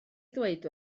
ddweud